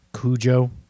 Cujo